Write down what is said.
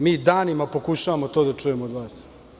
Mi danima pokušavamo to da čujemo od vas.